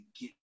get